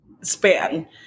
span